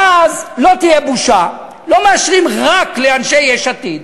ואז לא תהיה בושה, לא מאשרים רק לאנשי יש עתיד,